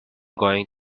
going